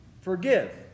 forgive